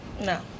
No